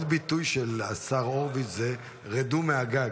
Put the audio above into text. עוד ביטוי של השר הורביץ זה "רדו מהגג",